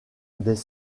des